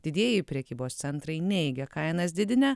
didieji prekybos centrai neigia kainas didinę